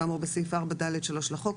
כאמור בסעיף 4/ד'/3 לחוק,